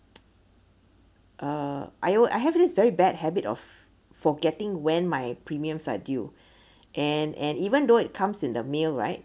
uh I oh I have this very bad habit of forgetting when my premiums are due and and even though it comes in the mail right